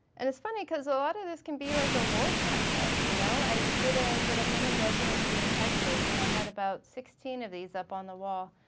and it's funny cause a lot of this can be like a rorschach test you know? i did a little mini residency in texas and i had about sixteen of these up on the wall.